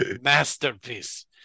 Masterpiece